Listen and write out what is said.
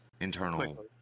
internal –